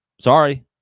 sorry